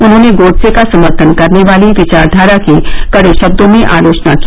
उन्होंने गोडसे का समर्थन करने वाली विचारधारा की कड़े शब्दों में आलोचना की